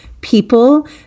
people